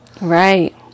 right